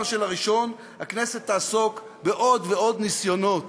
של הראשון: הכנסת תעסוק בעוד ועוד ניסיונות